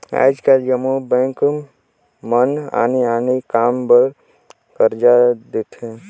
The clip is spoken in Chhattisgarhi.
आएज काएल जम्मो बेंक मन आने आने काम बर करजा देथे